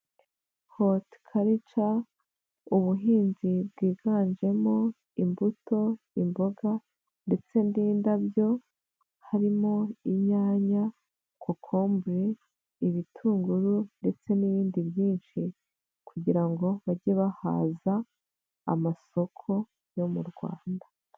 Horticulture ubuhinzi bwiganjemo imbuto, imboga ndetse n'indabyo, harimo inyanya kokombure, ibitunguru ndetse n'ibindi byinshi kugira ngo bajye bahaza amasoko yo mu Rwanda.